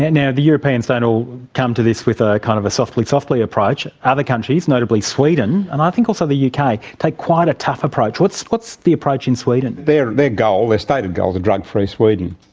and now, the europeans don't all come to this with a a kind of a softly softly approach. other countries, notably sweden, and i think also the yeah uk, take quite a tough approach. what's what's the approach in sweden? their their goal, their stated goal is a drug-free sweden.